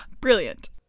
Brilliant